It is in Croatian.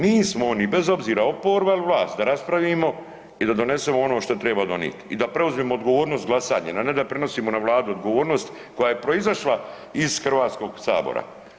Mi smo oni i bez obzira oporba ili vlast da raspravimo i da donesemo ono što treba donijeti i da preuzmemo odgovornost glasanjem, a ne da prenosimo na Vladu odgovornost koja je proizašla iz Hrvatskog sabora.